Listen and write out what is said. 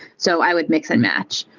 so i would mix and match.